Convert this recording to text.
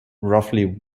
roughly